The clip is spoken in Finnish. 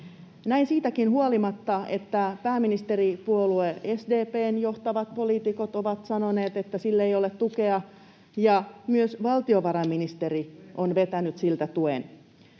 Näin siitäkin huolimatta, että pääministeripuolue SDP:n johtavat poliitikot ovat sanoneet, että sille ei ole tukea, ja myös valtiovarainministeri on vetänyt siltä tuen.